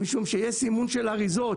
משום שיש סימון של אריזות,